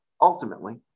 ultimately